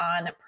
On